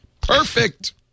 Perfect